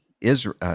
Israel